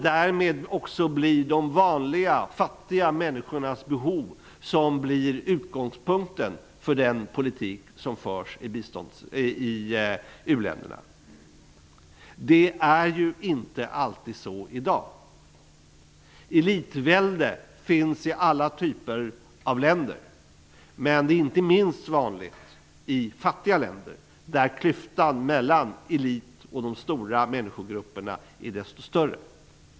Det måste bli de vanliga, fattiga människornas behov som blir utgångspunkten för den politik som förs i u-länderna. Så är det inte alltid i dag. Elitvälde finns i alla typer av länder, men det är inte minst vanligt i fattiga länder, där klyftan mellan eliten och de stora människogrupperna är desto större.